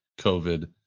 COVID